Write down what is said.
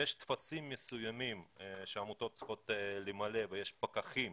יש טפסים מסוימים שהעמותות צריכות למלא ויש פקחים